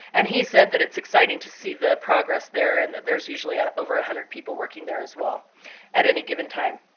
and he said that it's exciting to see the progress there and that there's usually ah over one ah hundred people working there as well at any given time.